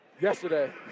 Yesterday